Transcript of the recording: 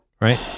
right